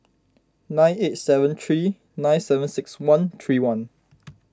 nine eight seven three nine seven six one three one